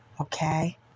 okay